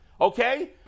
okay